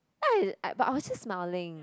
but I was just smiling